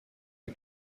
est